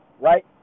right